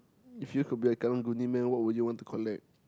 if you could be a karang-guni man what would you want to collect